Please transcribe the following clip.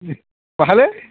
बहालै